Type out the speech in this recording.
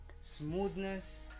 Smoothness